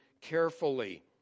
carefully